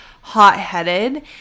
hot-headed